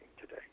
today